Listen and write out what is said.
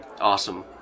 awesome